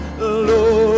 Lord